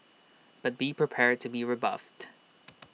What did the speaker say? but be prepared to be rebuffed